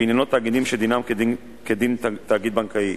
שעניינו תאגידים שדינם כדין תאגיד בנקאי.